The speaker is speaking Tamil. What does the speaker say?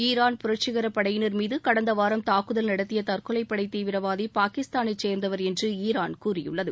ஈரான் புரட்சிகர படையினர் மீது கடந்த வாரம் தாக்குதல் நடத்திய தற்கொலைப்படை தீவிரவாதி பாகிஸ்தானைச் சேர்ந்தவர் என்று ஈரான் கூறியுள்ளது